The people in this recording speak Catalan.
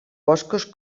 boscos